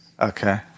Okay